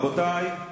רבותי,